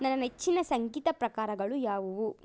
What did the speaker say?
ನನ್ನ ನೆಚ್ಚಿನ ಸಂಗೀತ ಪ್ರಕಾರಗಳು ಯಾವುವು